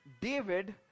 David